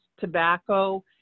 tobacco